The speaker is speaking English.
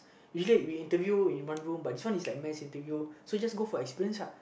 usually we interview in one room but this one is like mass interview so just go for experience lah